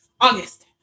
August